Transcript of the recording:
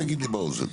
תגיד לי באוזן,